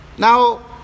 Now